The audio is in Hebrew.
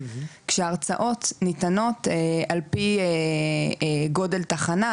כשההרצאות ניתנות על פי גודל תחנה,